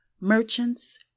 merchants